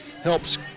helps